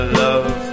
love